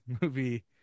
movie